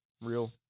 Real